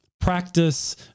practice